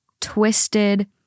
twisted